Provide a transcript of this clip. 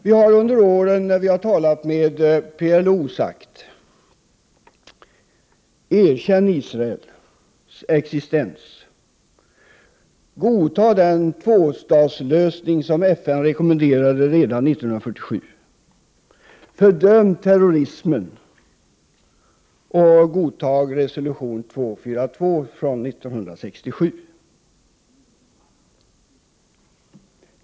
Vi har under åren när vi talat med PLO sagt: Erkänn Israels existens! Godta den tvåstatslösning som FN rekommenderade redan 1947! Fördöm terrorismen och godta resolution 242 från 1967!